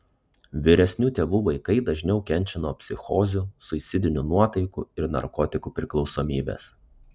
vyresnių tėvų vaikai dažniau kenčia nuo psichozių suicidinių nuotaikų ir narkotikų priklausomybės